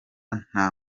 nta